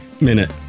minute